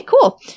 cool